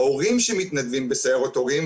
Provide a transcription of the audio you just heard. ההורים שמתנדבים בסיירות הורים,